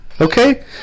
Okay